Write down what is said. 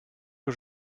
que